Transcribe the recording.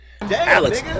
Alex